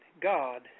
God